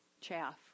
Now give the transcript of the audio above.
chaff